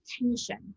attention